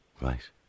Right